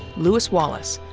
lewis wallace.